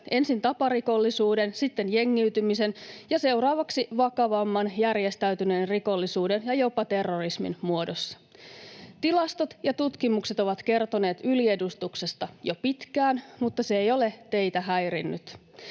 ensin taparikollisuuden, sitten jengiytymisen ja seuraavaksi vakavamman, järjestäytyneen rikollisuuden ja jopa terrorismin muodossa. Tilastot ja tutkimukset ovat kertoneet yliedustuksesta jo pitkään, mutta se ei ole teitä häirinnyt.